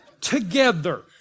together